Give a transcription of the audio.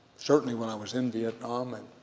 certainly when i was in vietnam and